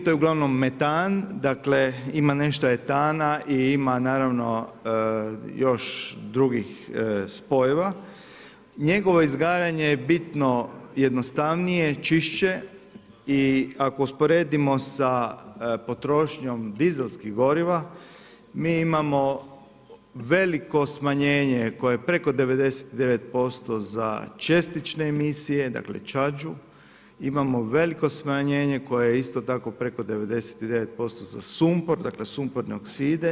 To je ugl. metan, dakle, ima nešto etana i ima naravno, još drugih spojeva, njegovo izgaranje je bitno, jednostavnije, čišće i ako usporedimo sa potrošnjom dizelskih goriva, mi imamo veliko smanjenje koje je preko 99% za čestične emisije, dakle, čađu, imamo veliko smanjenje koje je isto tako preko 99,9% za sumpor, dakle, sumporne okside.